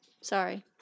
Sorry